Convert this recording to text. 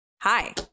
hi